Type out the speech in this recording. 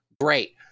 Great